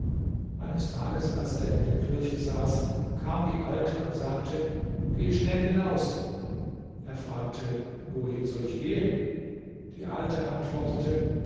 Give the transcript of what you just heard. eines tages als er in der kirche saß kam die alte und sagte geh schnell hinaus er fragte wohin soll ich gehen die alte antwortete